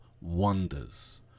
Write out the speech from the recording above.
wonders